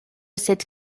cette